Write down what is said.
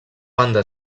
banda